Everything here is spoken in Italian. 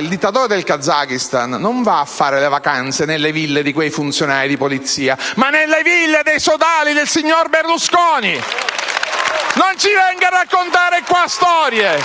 il dittatore del Kazakistan va a fare le vacanze non nelle ville di quei funzionari di polizia, ma nelle ville dei sodali del signor Berlusconi. Non ci venga a raccontare storie!